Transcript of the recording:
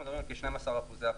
אנחנו מדברים על כ-12% אבטלה.